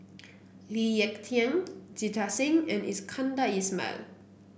Lee Ek Tieng Jita Singh and Iskandar Ismail